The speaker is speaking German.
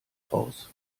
raus